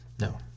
No